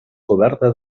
coberta